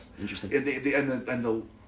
interesting